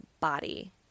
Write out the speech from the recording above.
body